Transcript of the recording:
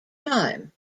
time